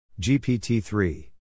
GPT-3